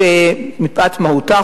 "שמפאת מהותה,